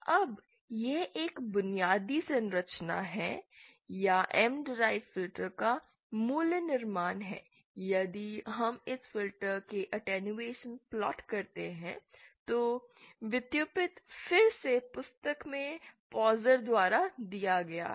अब यह एक बुनियादी संरचना है या M डीराइव्ड फिल्टर का मूल निर्माण है यदि हम इस फिल्टर के अटैंयुएशन प्लॉट करते हैं तो व्युत्पन्न फिर से पुस्तक में पॉसर द्वारा दिए गए हैं